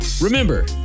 Remember